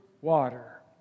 water